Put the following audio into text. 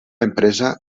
empresa